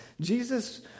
Jesus